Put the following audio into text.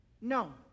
no